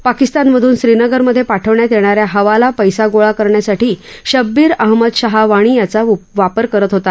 पाकिस्तानमधून श्रीनगरमधे पाठवण्यात येणा या हवाला पैसा गोळा करण्यासाठी शब्बीर अहमद शहा वाणी याचा वापर करत होता